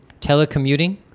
Telecommuting